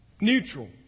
neutral